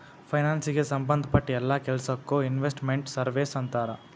ಫೈನಾನ್ಸಿಗೆ ಸಂಭದ್ ಪಟ್ಟ್ ಯೆಲ್ಲಾ ಕೆಲ್ಸಕ್ಕೊ ಇನ್ವೆಸ್ಟ್ ಮೆಂಟ್ ಸರ್ವೇಸ್ ಅಂತಾರ